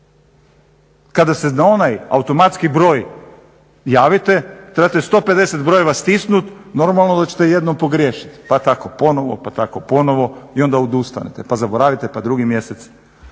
Kada se na onaj automatski broj javite trebate 150 brojeva stisnuti normalno da ćete jednom pogriješiti, pa tako ponovo, pa tako ponovo i onda odustanete pa zaboravite pa drugi mjesec,